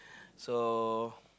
so